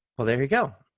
well, there we go.